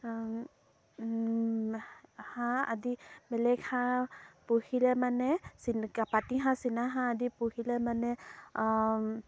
হাঁহ হাঁহ আদি বেলেগ হাঁহ পুহিলে মানে পাতিহাঁহ চীনাহাঁহ আদি পুহিলে মানে